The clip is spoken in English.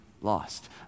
lost